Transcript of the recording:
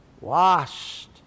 Washed